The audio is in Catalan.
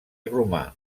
romà